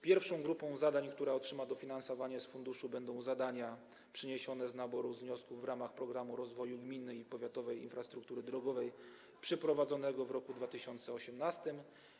Pierwszą grupą zadań, która otrzyma dofinansowanie z funduszu, będą zadania przeniesione z naboru wniosków w ramach programu rozwoju gminnej i powiatowej infrastruktury drogowej przeprowadzonego w roku 2018.